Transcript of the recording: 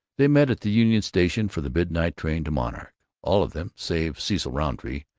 they met at the union station for the midnight train to monarch. all of them, save cecil rountree,